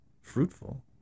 fruitful